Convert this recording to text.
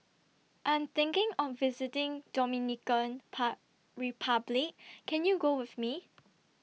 I'm thinking of visiting Dominican Republic Can YOU Go with Me